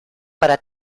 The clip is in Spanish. para